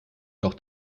doch